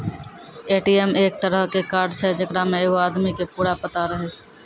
ATM एक तरहो के कार्ड छै जेकरा मे एगो आदमी के पूरा पता रहै छै